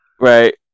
right